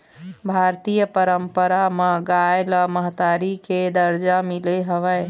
भारतीय पंरपरा म गाय ल महतारी के दरजा मिले हवय